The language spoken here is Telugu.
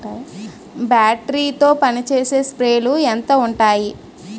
బ్యాటరీ తో పనిచేసే స్ప్రేలు ఎంత ఉంటాయి?